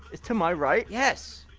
it's to my right? yes!